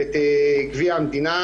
ואת גביע המדינה